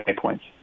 points